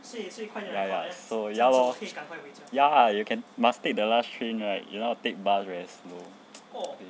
ya ya so ya lor ya lah you can must take the last train right if not take bus very slow